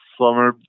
summer